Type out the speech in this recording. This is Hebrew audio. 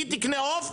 היא תקנה עוף.